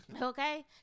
okay